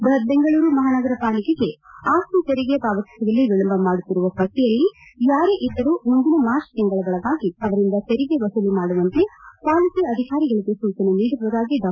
ಬ್ಬಹತ್ ಬೆಂಗಳೂರು ಮಹಾನಗರ ಪಾಲಿಕೆಗೆ ಆಸ್ತಿ ತೆರಿಗೆ ಪಾವತಿಸುವಲ್ಲಿ ವಿಳಂಬ ಮಾಡುತ್ತಿರುವ ಪಟ್ಟಿಯಲ್ಲಿ ಯಾರೇ ಇದ್ದರೂ ಮುಂದಿನ ಮಾರ್ಚ್ ತಿಂಗಳೊಳಗಾಗಿ ಅವರಿಂದ ತೆರಿಗೆ ವಸೂಲಿ ಮಾಡುವಂತೆ ಪಾಲಿಕೆ ಅಧಿಕಾರಿಗಳಿಗೆ ಸೂಚನೆ ನೀಡಿರುವುದಾಗಿ ಡಾ